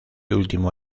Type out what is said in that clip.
último